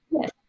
yes